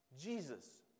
Jesus